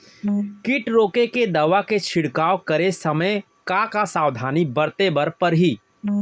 किट रोके के दवा के छिड़काव करे समय, का का सावधानी बरते बर परही?